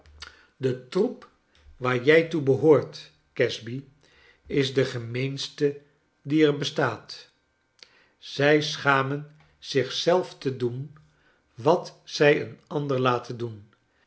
de troep waar jij toe behoort casby is de gemeenste die er bestaat zij schamen zich zelf te doen wat zij een ander laten doen